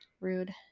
Rude